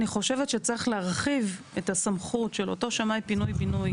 אני חושבת שצריך להרחיב את הסמכות של אותו שמאי פינוי בינוי,